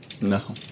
No